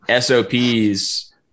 SOPs